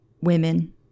women